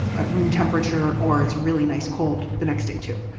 at room temperature, or it's really nice cold the next day too.